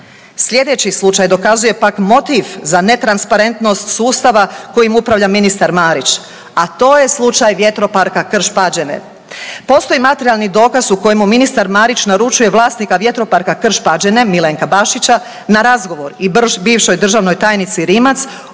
Sljedeći slučaj dokazuje pak motiv za netransparentnost sustava kojim upravlja ministar Marić, a to je slučaj Vjetroparka Krš Pađene. Postoji materijalni dokaz u kojemu ministar Marić naručuje vlasnika Vjetroparka Krš Pađene, Milenka Bašića na razgovor i bivšoj državnoj tajnici Rimac